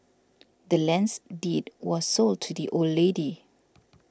the land's deed was sold to the old lady